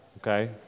okay